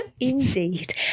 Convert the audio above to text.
indeed